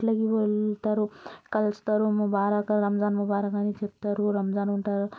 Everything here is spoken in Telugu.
ఇంట్లోకి వెళ్తారు కలుస్తారు ముబారక్ రంజాన్ ముబారక్ అని చెప్తారు రంజాన్ ఉంటారు